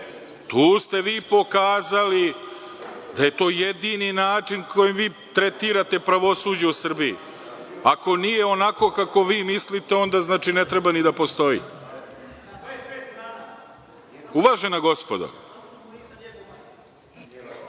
Tu ste vi pokazali da je to jedini način kojim vi tretirate pravosuđe u Srbiji. Ako nije onako kako vi mislite, onda znači ne treba ni da postoji. Uvažena gospodo,